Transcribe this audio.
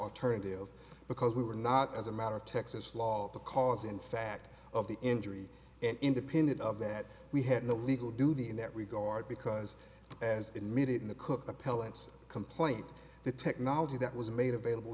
alternatives because we were not as a matter of texas law because in fact of the injury and independent of that we had a legal duty in that regard because as admitted in the cook the pellets complaint the technology that was made available